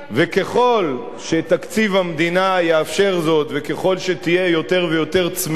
ככל שתקציב המדינה יאפשר זאת וככל שתהיה יותר ויותר צמיחה,